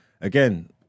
Again